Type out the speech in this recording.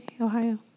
Ohio